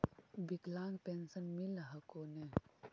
विकलांग पेन्शन मिल हको ने?